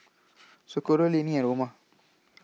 Socorro Lannie and Roma